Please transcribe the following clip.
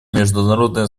международное